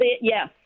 yes